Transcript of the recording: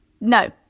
no